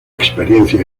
experiencia